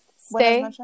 Stay